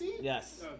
Yes